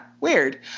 Weird